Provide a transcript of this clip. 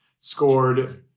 scored